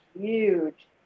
huge